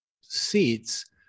seats